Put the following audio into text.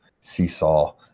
seesaw